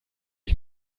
ich